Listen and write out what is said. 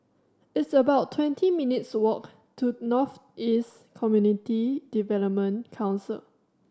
it's about twenty minutes' walk to North East Community Development Council